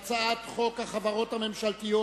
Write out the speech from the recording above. הודיע שהצבעתו לא נקלטה.